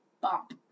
Bop